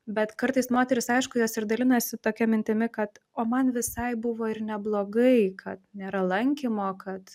bet kartais moterys aišku jos ir dalinasi tokia mintimi kad o man visai buvo ir neblogai kad nėra lankymo kad